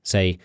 Say